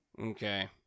Okay